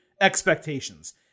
expectations